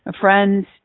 Friends